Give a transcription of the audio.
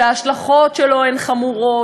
שההשלכות שלו הן חמורות,